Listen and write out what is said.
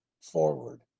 forward